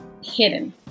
hidden